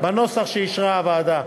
בנוסח שאישרה הוועדה.